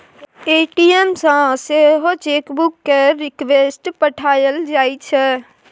ATM सँ सेहो chequebook केर रिक्वेस्ट पठाएल जाइ छै